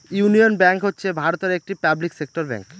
union bank হচ্ছে ভারতের একটি পাবলিক সেক্টর ব্যাঙ্ক